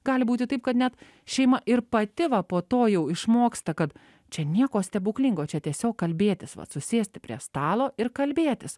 gali būti taip kad net šeima ir pati va po to jau išmoksta kad čia nieko stebuklingo čia tiesiog kalbėtis vat susėsti prie stalo ir kalbėtis